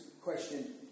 question